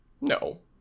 No